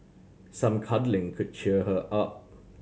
some cuddling could cheer her up